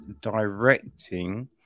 directing